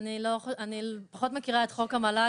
--- אני פחות מכירה את חוק המל"ג